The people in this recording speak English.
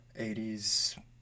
80s